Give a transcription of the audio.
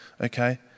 okay